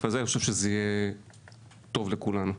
הזה אז אני חושב שזה יהיה טוב לכולנו.